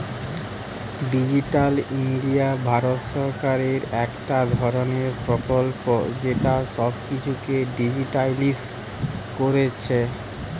digital India Bharat সরকারের একটা ধরণের প্রকল্প যেটা সব কিছুকে ডিজিটালিসড কোরছে